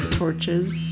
torches